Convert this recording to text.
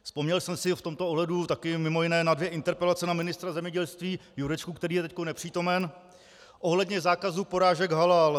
Vzpomněl jsem si v tomto ohledu také mimo jiné na dvě interpelace na ministra zemědělství Jurečku, který je teď nepřítomen, ohledně zákazu porážek halal.